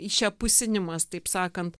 įšiapusinimas taip sakant